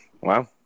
Wow